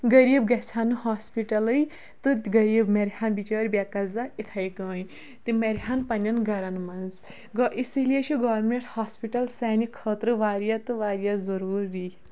غریٖب گَژھِ ہا نہٕ ہاسپِٹَلٕے تہٕ غریٖب مَرِہا بِچار بٮ۪ے قَضا یِتھٕے کَنۍ تِم مَرِہَن پَننٮ۪ن گَرَن منٛز گوٚو اِسی لِیے چھُ گوَرنمنٹ ہاسپِٹَل سانہِ خٲطرٕ واریاہ تہٕ واریاہ ضوٚروٗری